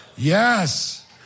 Yes